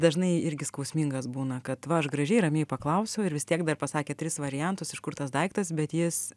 dažnai irgi skausmingas būna kad va aš gražiai ramiai paklausiau ir vis tiek dar pasakė tris variantus iš kur tas daiktas bet jis